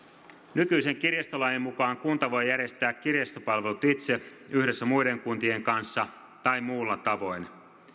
nykyisen kirjastolain mukaan kunta voi järjestää kirjastopalvelut itse yhdessä muiden kuntien kanssa tai muulla tavoin